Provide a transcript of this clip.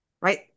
right